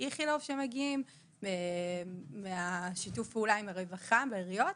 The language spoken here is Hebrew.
איכילוב משיתוף הפעולה עם הרווחה בעיריות.